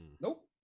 Nope